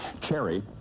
Cherry